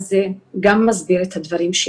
אז זה גם מסביר את הדברים.